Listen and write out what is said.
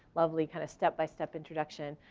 lovely kind of step by step introduction.